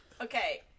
Okay